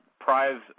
prize